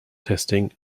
testing